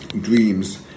Dreams